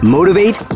Motivate